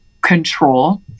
control